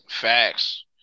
Facts